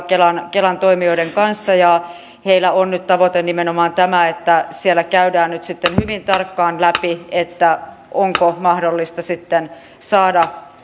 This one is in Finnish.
kelan kelan toimijoiden kanssa ja heillä on nyt tavoite nimenomaan tämä että siellä käydään nyt sitten hyvin tarkkaan läpi onko mahdollista sitten saada